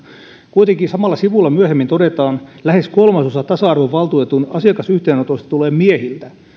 kuitenkin samalla sivulla myöhemmin todetaan lähes kolmasosa tasa arvovaltuutetun asiakasyhteenotoista tulee miehiltä